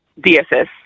DSS